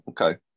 okay